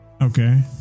okay